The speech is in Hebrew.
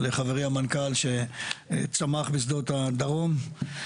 לחברי המנכ"ל שצמח בשדות הדרום.